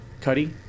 Cuddy